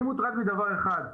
אני מוטרד מדבר אחד,